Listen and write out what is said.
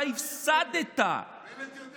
אתה הפסדת, בנט יודע הכול.